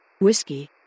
Whiskey